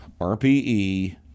RPE